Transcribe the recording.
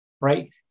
right